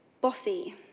bossy